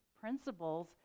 principles